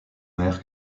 maire